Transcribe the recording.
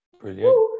Brilliant